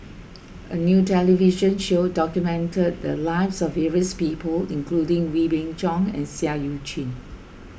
a new television show documented the lives of various people including Wee Beng Chong and Seah Eu Chin